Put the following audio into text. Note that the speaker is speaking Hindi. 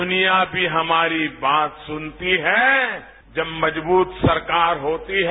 दुनिया भी हमारी बात सुनती है जब मजबूत सरकार होती है